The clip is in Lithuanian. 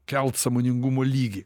kelt sąmoningumo lygį